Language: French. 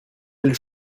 quel